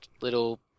little